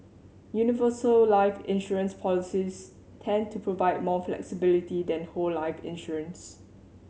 universal life insurance policies tend to provide more flexibility than whole life insurance